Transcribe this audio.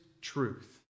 truth